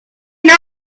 not